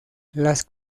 las